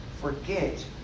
forget